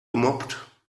gemobbt